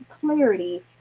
clarity